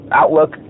outlook